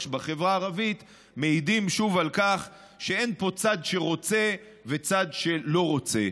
בחברה הערבית מעידים שוב על כך שאין פה צד שרוצה וצד של לא רוצה.